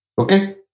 Okay